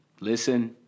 listen